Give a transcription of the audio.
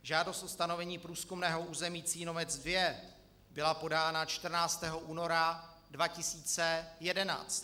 Žádost o stanovení průzkumného území Cínovec II byla podána 14. února 2011.